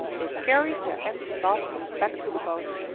they carried their empty baskets back to the boat,